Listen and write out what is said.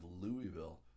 Louisville